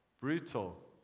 brutal